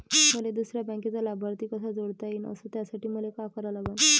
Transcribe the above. मले दुसऱ्या बँकेचा लाभार्थी कसा जोडता येईन, अस त्यासाठी मले का करा लागन?